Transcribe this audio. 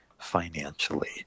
financially